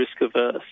risk-averse